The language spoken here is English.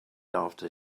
after